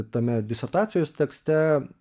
tame disertacijos tekste